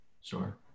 Sure